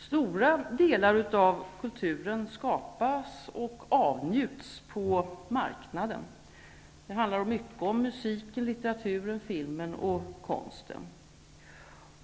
Stora delar av kulturen skapas och avnjuts på marknaden. Det handlar mycket om musiken, litteraturen, filmen och konsten.